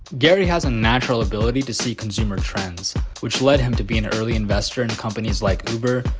gary has a natural ability to see consumer trends, which led him to be an early investor in companies like uber,